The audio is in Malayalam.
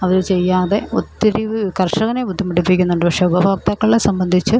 അവർ ചെയ്യാതെ ഒത്തിരി കർഷകനെ ബുദ്ധിമുട്ടിപ്പിക്കുന്നുണ്ട് പക്ഷേ ഉപഭോക്താക്കളെ സംബന്ധിച്ച്